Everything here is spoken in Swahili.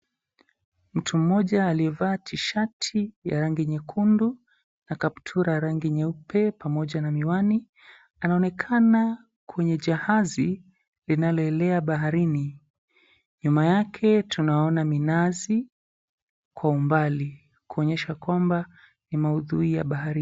Mtu mmoja aliyevaa tishati ya rangi nyekundu na kaptura ya rangi nyeupe pamoja na miwani, anaonekena kwenye jahazi linaloelea baharini. Nyuma yake tunaona minazi kwa umbali kuonyesha kwamba ni maudhui ya baharini.